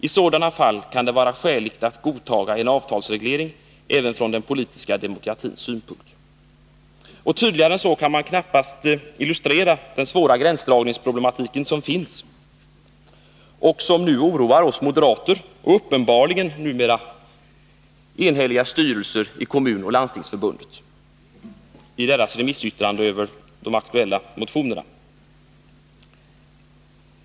I sådana fall kan det vara skäligt att godtaga en avtalsreglering även från den politiska demokratins synpunkt.” Tydligare än så kan man knappast illustrera de svåra gränsdragningsproblemen, som oroar oss moderater och numera uppenbarligen enhälliga styrelser för kommunoch landstingsförbunden i deras remissyttranden över de aktuella motionerna.